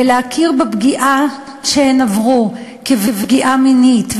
ולהכיר בפגיעה שהן עברו כפגיעה מינית,